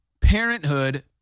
Parenthood